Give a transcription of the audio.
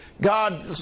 God